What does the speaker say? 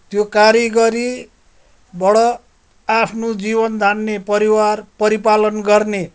त्यो कारिगरीबाट आफ्नो जीवन धान्ने परिवार परिपालन गर्ने